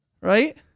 Right